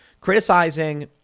criticizing